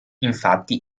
infatti